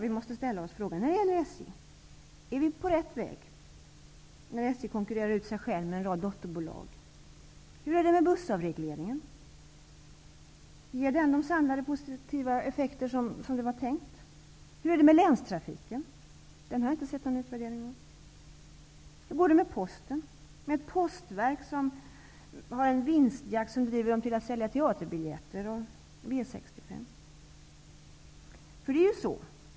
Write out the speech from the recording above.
Vi måste då fråga oss: Är vi på rätt väg när SJ konkurrerar ut sig självt med en rad dotterbolag? Hur är det med bussavregleringen, ger den de samlade positiva effekter som var tänkt? Hur är det med länstrafiken? Jag har inte sett någon utvärdering av den. Hur går det med posten, med ett postverk som i jakt på vinster har börjat sälja teaterbiljetter och V 65?